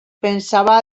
pensava